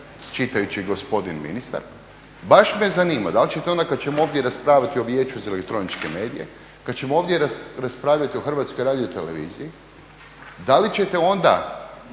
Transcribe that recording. čitajući gospodin ministar, baš me zanima dal' ćete onda kad ćemo napravljati o Vijeću za elektroničke medije, kad ćemo ovdje raspravljati o HRT-u, da li ćete onda